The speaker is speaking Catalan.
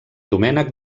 domènec